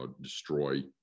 destroy